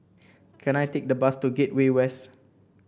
can I take the bus to Gateway West